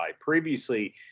Previously